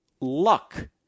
Luck